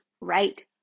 right